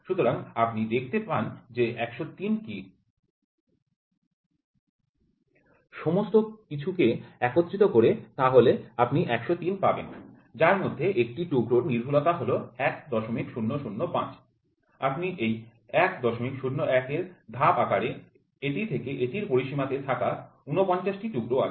সুতরাং আপনি দেখতে পাছেন যে ১০৩ কী সমস্ত কিছুকে একত্রিত করেন তাহলে আপনি ১০৩ পাবেন যার মধ্যে একটি টুকরোর নির্ভুলতা হল ১০০৫ আপনি এই ১০১ এর ধাপ আকারে এটি থেকে এটির পরিসীমাতে থাকা ৪৯ টি টুকরো আছে